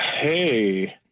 Hey